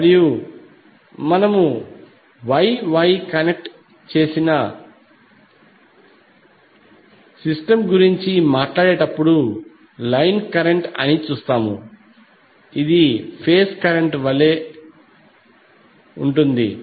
మరియు మనము Y Y connect చేసిన సిస్టమ్ గురించి మాట్లాడేటప్పుడు లైన్ కరెంట్ అని చూస్తాము అది ఫేజ్ కరెంట్ వలె ఉంటుంది